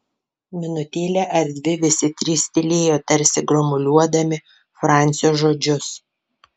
minutėlę ar dvi visi trys tylėjo tarsi gromuliuodami francio žodžius